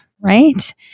right